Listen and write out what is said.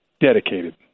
dedicated